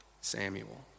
Samuel